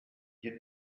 you